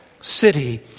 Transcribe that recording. city